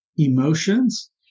emotions